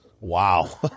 Wow